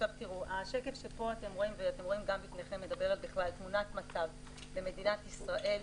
השקף שאתם רואים מדבר על תמונת מצב במדינת ישראל.